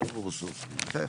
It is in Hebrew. אתה רוצה